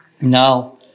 now